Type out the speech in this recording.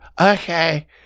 Okay